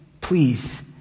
Please